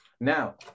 Now